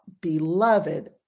beloved